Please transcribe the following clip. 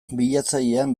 bilatzailean